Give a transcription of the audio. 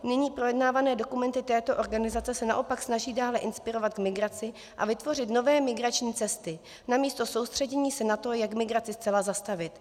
Nyní projednávané dokumenty této organizace se naopak snaží dále inspirovat migraci a vytvořit nové migrační cesty namísto soustředění se na to, jak migraci zcela zastavit.